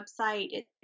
website